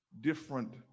different